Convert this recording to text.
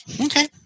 Okay